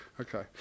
Okay